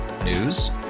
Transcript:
News